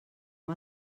amb